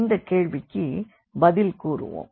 இந்தக் கேள்விக்கு பதில் கூறுவோம்